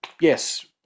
yes